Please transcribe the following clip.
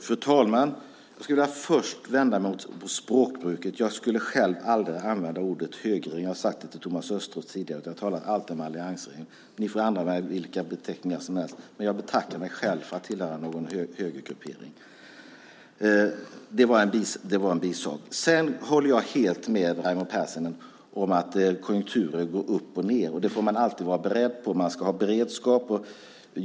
Fru talman! Jag skulle först vilja vända mig mot språkbruket. Jag skulle själv aldrig använda ordet högerregering. Det har jag sagt till Thomas Östros tidigare. Jag talar alltid om alliansregeringen. Ni får använda vilka beteckningar som helst, men jag betackar mig för att tillhöra någon högergruppering. Det var en bisak. Jag håller helt med Raimo Pärssinen om att konjunkturer går upp och ned. Det får man alltid vara beredd på, och man ska ha beredskap.